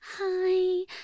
Hi